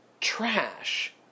trash